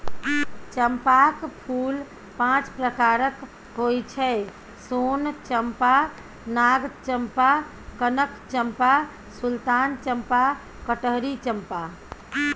चंपाक फूल पांच प्रकारक होइ छै सोन चंपा, नाग चंपा, कनक चंपा, सुल्तान चंपा, कटहरी चंपा